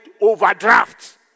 overdrafts